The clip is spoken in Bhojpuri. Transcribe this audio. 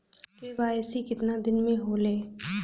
के.वाइ.सी कितना दिन में होले?